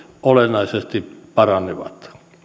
olennaisesti paranevat